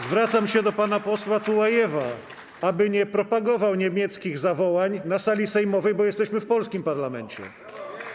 Zwracam się do pana posła Tułajewa, aby nie propagował niemieckich zawołań na sali sejmowej, bo jesteśmy w polskim parlamencie.